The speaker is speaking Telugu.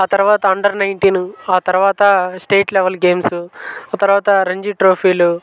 ఆ తరువాత అండర్ నైన్టీన్ ఆ తరువాత స్టేట్ లెవెల్ గేమ్స్ ఆ తరువాత రంజి ట్రోఫీలు